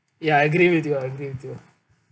ya I agree with you I agree with you